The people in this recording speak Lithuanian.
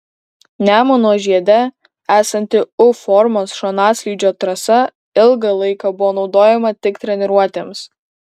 nemuno žiede esanti u formos šonaslydžio trasa ilgą laiką buvo naudojama tik treniruotėms